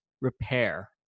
repair